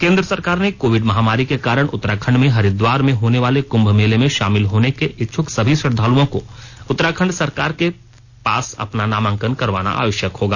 केंद्र सरकार ने कोविड महामारी के कारण उत्तराखंड में हरिद्वार में होने वाले कुंभ मेले में शामिल होने के इच्छुक सभी श्रद्वालुओं को उत्तराखंड सरकार के पास अपना नामांकन करवाना आवश्यक होगा